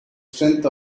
strength